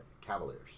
Cavaliers